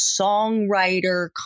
songwriter